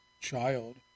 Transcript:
child